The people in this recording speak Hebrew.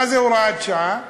מה זה הוראת שעה?